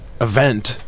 event